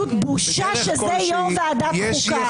זו פשוט בושה שזה יו"ר ועדת חוקה.